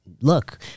look